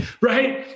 right